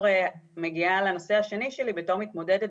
אני מגיעה לנושא השני שלי: בתור מתמודדת